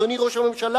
אדוני ראש הממשלה,